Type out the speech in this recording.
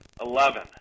Eleven